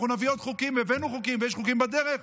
נביא עוד חוקים והבאנו חוקים ויש חוקים בדרך.